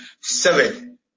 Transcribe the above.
seven